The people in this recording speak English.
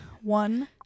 One